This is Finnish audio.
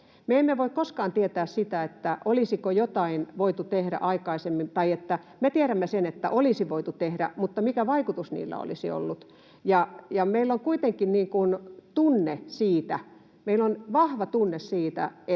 emme voi koskaan tietää sitä, olisiko jotain voitu tehdä aikaisemmin; tai me tiedämme sen, että olisi voitu tehdä, mutta emme voi tietää, mikä vaikutus niillä toimilla olisi ollut. Meillä on kuitenkin tunne, meillä on vahva tunne siitä,